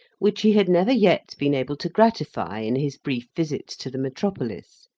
which he had never yet been able to gratify in his brief visits to the metropolis.